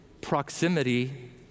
proximity